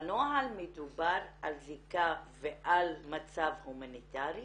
בנוהל מדובר על זיקה ועל מצב הומניטרי?